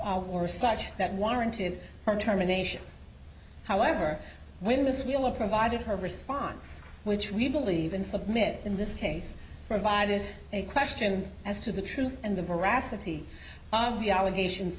or such that warranted her terminations however when miss wheeler provided her response which we believe in submit in this case provided a question as to the truth and the veracity of the allegations